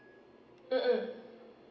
mm mm